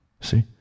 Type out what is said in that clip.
See